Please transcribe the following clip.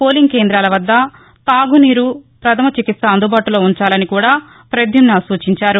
polling కేంద్రాల వద్ద తాగునీరు ప్రథమ చికిత్స అందుబాటులో ఉంచాలని కూడా ప్రద్యుమ్న సూచించారు